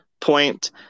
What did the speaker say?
point